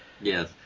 Yes